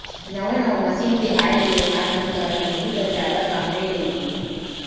नवा नवा मसीन के आए ले लोहार मन करा पहिली कस जादा काम नइ रइगे